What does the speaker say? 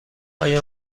آیا